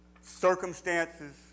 circumstances